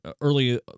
early